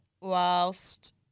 whilst